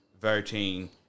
voting